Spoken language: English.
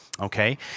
Okay